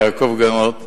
יעקב גנות,